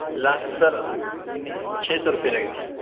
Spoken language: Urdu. لاسٹ سر چھ سو روپئے لگیں گے